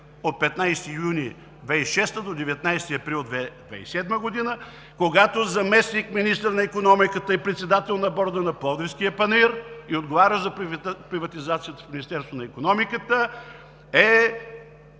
от 15 юни 2006 г. до 19 април 2007 г., когато заместник-министър на икономиката и председател на Борда на Пловдивския панаир и отговарящ за приватизацията в Министерството на икономиката е